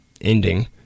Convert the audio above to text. ending